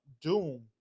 doom